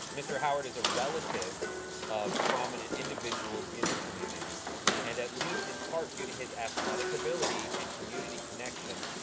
mr. howard is a relative of prominent individuals in the community and, at least in part due to his athletic ability and community connections,